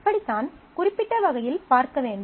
இப்படித்தான் குறிப்பிட்ட வகையில் பார்க்க வேண்டும்